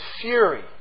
fury